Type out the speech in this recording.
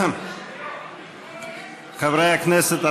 חברי הכנסת,